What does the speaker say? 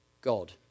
God